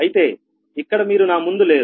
అయితే ఇక్కడ మీరు నా ముందు లేరు